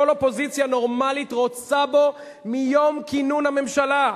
אופוזיציה נורמלית רוצה בו מיום כינון הממשלה,